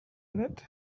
innit